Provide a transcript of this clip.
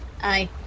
Aye